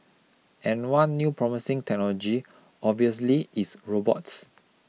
and one new promising technology obviously is robots